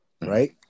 right